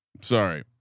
Sorry